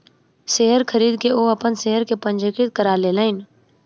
share खरीद के ओ अपन शेयर के पंजीकृत करा लेलैन